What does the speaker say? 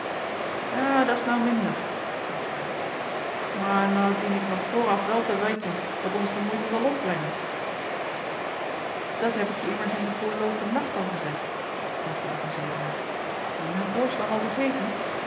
ja dat s nou minder zeî trui mair nou dien ik nog vooraf wel te weiten wat ons de moeite zal opbrengen dat heb ik je immers in den verloopen nacht al gezeid antwoordde van zevenaer benje mijn voorslag al vergeten